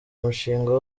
umushinga